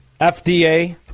FDA